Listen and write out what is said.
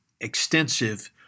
extensive